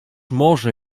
może